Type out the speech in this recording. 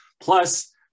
Plus